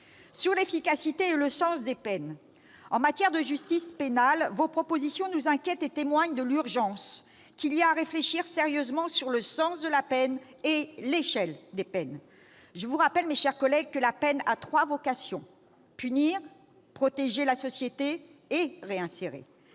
Sur l'efficacité et le sens des peines en matière de justice pénale, messieurs les corapporteurs, vos propositions nous inquiètent et témoignent de l'urgence qu'il y a à réfléchir sérieusement sur le sens de la peine et l'échelle des peines. Je vous rappelle, mes chers collègues, que la peine a trois vocations : punir, protéger la société, et réinsérer.